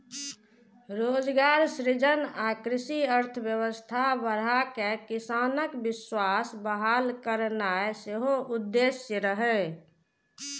रोजगार सृजन आ कृषि अर्थव्यवस्था बढ़ाके किसानक विश्वास बहाल करनाय सेहो उद्देश्य रहै